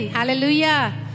Hallelujah